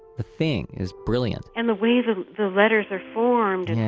the thing is brilliant and the ways and the letters are formed,